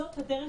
זאת הדרך